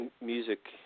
Music